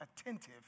attentive